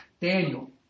Daniel